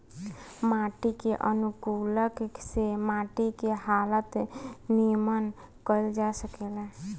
माटी के अनुकूलक से माटी के हालत निमन कईल जा सकेता